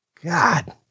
God